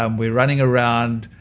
um we're running around,